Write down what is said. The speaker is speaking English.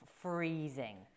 Freezing